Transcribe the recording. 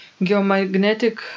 geomagnetic